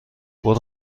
برو